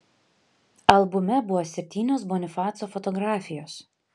albume buvo septynios bonifaco fotografijos